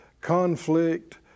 conflict